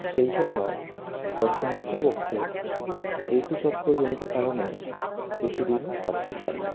সেই জন্য সমুদ্রবক্ষে ঋতুচক্রজনিত কারণে বেশি দিন থাকতে চান না